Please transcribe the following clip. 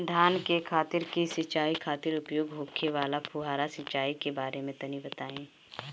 धान के खेत की सिंचाई खातिर उपयोग होखे वाला फुहारा सिंचाई के बारे में तनि बताई?